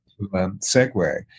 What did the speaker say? segue